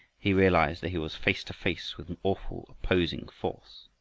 he realized that he was face to face with an awful opposing force.